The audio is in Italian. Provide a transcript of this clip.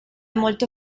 molto